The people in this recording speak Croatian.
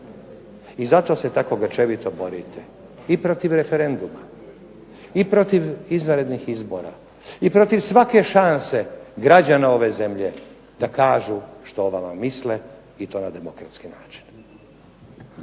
I zato se tako grčevito borite i protiv referenduma, i protiv izvanrednih izbora, i protiv svake šanse građana ove zemlje da kažu što o vama misle, i to na demokratski način.